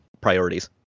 priorities